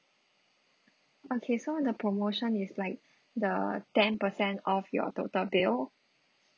okay so the promotion is like the ten percent off your total bill